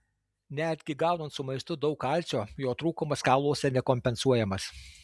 netgi gaunant su maistu daug kalcio jo trūkumas kauluose nekompensuojamas